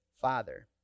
father